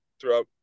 throughout